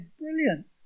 brilliant